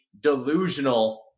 delusional